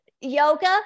yoga